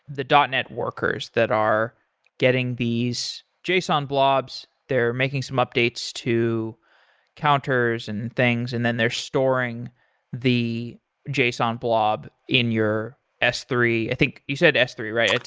the net workers that are getting these json blobs. they're making some updates to counters and things and then they're storing the json blob in your s three. i think you said s three, right?